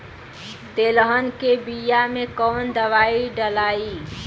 तेलहन के बिया मे कवन दवाई डलाई?